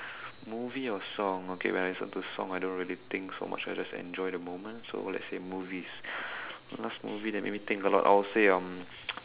movie or song okay when I listen to song I don't really think so much I just enjoy the moment so let's say movies the last movie that made me think a lot I will say um